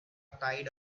tied